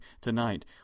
tonight